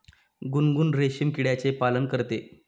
गुनगुन रेशीम किड्याचे पालन करते